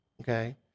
Okay